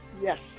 yes